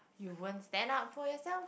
you won't stand up for yourself